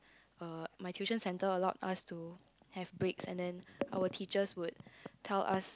uh my tuition center allowed us to have breaks and then our teachers would tell us